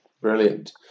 brilliant